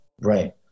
Right